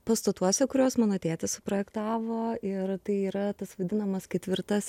pastatuose kuriuos mano tėtis projektavo ir tai yra tas vadinamas ketvirtas